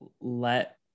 let